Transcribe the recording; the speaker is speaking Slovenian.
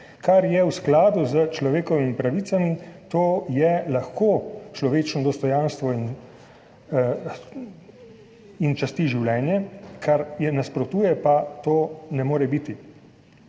Kar je v skladu s človekovimi pravicami, to je lahko človečno dostojanstvo in časti življenje, kar jim nasprotuje, pa to ne more biti.